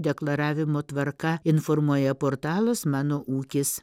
deklaravimo tvarka informuoja portalas mano ūkis